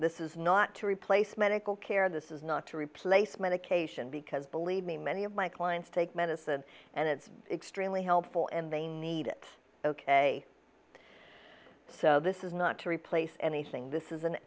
this is not to replace medical care this is not to replace medication because believe me many of my clients take medicine and it's extremely helpful and they need it ok so this is not to replace anything this is an